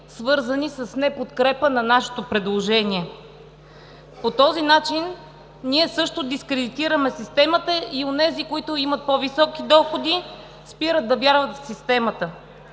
свързани с не подкрепа на нашето предложение. По този начин ние също дискредитираме системата и онези, които имат по-високи доходи, спират да вярват в системата.